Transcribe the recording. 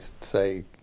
say